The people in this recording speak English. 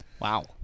Wow